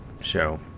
show